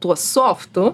tuo softu